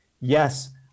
Yes